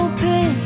Open